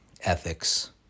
ethics